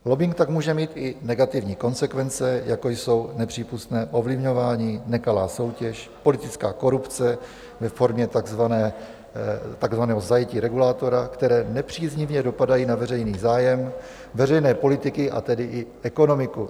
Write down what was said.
Lobbing tak může mít i negativní konsekvence, jako jsou nepřípustné ovlivňování, nekalá soutěž, politická korupce ve formě takzvaného zajetí regulátora, které nepříznivě dopadají na veřejný zájem, veřejné politiky, a tedy i ekonomiku.